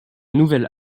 nouvelle